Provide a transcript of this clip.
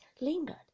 lingered